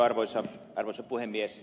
arvoisa puhemies